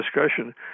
discussion